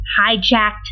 hijacked